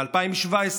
ב-2017,